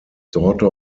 daughter